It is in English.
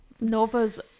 Nova's